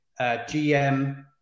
GM